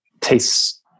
tastes